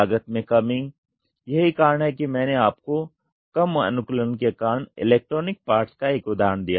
लागत में कमी यही कारण है कि मैंने आपको कम अनुकूलन के कारण इलेक्ट्रॉनिक पार्ट्स का एक उदाहरण दिया